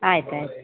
ಆಯ್ತು ಆಯ್ತು